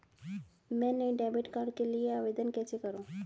मैं नए debit card के लिए कैसे आवेदन करूं?